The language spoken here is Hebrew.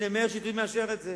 הנה, מאיר שטרית מאשר את זה.